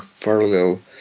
parallel